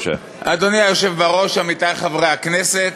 אדוני היושב בראש, עמיתי חברי הכנסת,